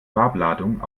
farbladung